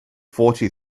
fourty